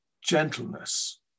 gentleness